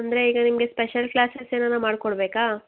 ಅಂದರೆ ಈಗ ನಿಮಗೆ ಸ್ಪೆಷಲ್ ಕ್ಲಾಸಸ್ ಏನಾನ ಮಾಡಿಕೊಡ್ಬೇಕ